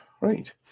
Right